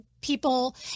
people